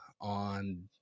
on